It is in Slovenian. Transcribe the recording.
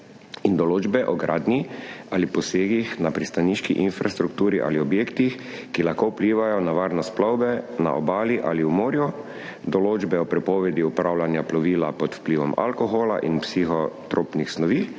in določbe o gradnji ali posegih na pristaniški infrastrukturi ali objektih, ki lahko vplivajo na varnost plovbe na obali ali v morju, določbe o prepovedi upravljanja plovila pod vplivom alkohola in psihotropnih snovi,